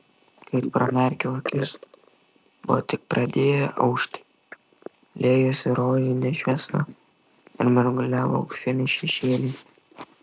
kai pramerkiau akis buvo tik pradėję aušti liejosi rožinė šviesa ir mirguliavo auksiniai šešėliai